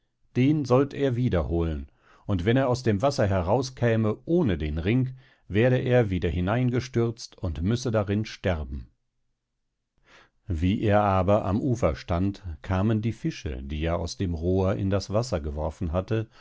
den sollt er wiederholen und wenn er aus dem wasser herauskäme ohne den ring werde er wieder hineingestürzt und müsse darin sterben wie er aber am ufer stand kamen die fische die er aus dem rohr in das wasser geworfen hatte